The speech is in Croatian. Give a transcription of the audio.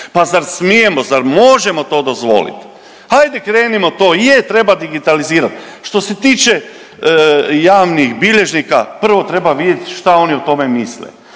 Pa zar smijemo, zar možemo to dozvoliti? Hajde krenimo to, je treba digitalizirat. Što se tiče javnih bilježnika prvo treba vidjeti šta oni o tome misle.